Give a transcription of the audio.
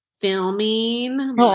Filming